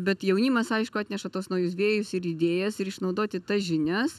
bet jaunimas aišku atneša tuos naujus vėjus ir idėjas ir išnaudoti tas žinias